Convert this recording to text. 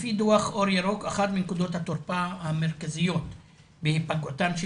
לפי דוח אור ירוק אחת מנקודות התורפה המרכזיות בהיפגעותם של